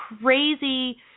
crazy